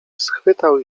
schwytał